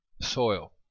soil